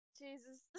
Jesus